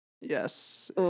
Yes